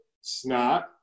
snot